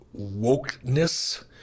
wokeness